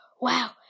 wow